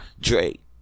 Drake